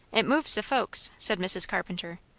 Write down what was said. it moves the folks, said mrs. carpenter.